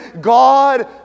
God